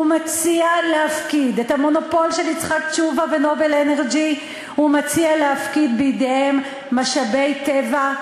הוא מציע להפקיד בידי המונופול של יצחק תשובה ו"נובל אנרג'י" משאבי טבע,